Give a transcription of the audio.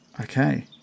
Okay